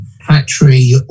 factory